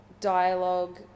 dialogue